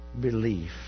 belief